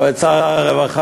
או את שר הרווחה,